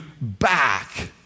back